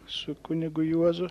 su kunigu juozu